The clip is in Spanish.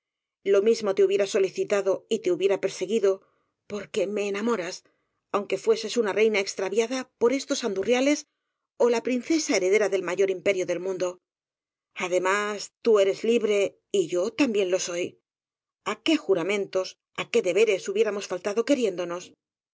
lo mismo te hubiera solicitado y te hubiera perseguido porque me ena moras aunque fueses una reina extraviada por es tos andurriales ó la princesa heredera del mayor imperio del mundo además tú eres libre y yo también lo soy á qué juramentos á qué deberes hubiéramos faltado queriéndonos